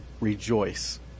rejoice